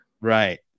Right